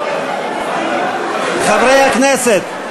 חברי הכנסת.